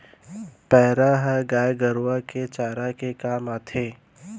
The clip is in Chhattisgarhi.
पैरा ह गाय गरूवा के चारा के काम आथे